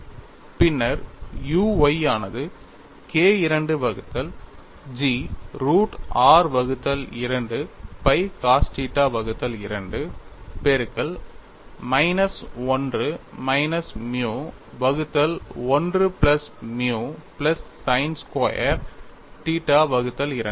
பின்னர் u y ஆனது K II வகுத்தல் G root r 2 pi cos θ 2 பெருக்கல் மைனஸ் 1 மைனஸ் மியு வகுத்தல் 1 plus mu plus sin square θ 2 ஆகும்